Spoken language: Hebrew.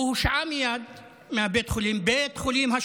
הוא הושעה מייד מבית חולים השרון,